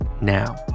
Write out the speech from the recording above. now